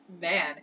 man